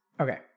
Okay